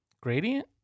Gradient